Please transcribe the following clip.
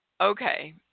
Okay